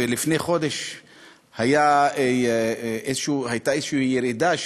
ולפני חודש הייתה איזושהי ירידה,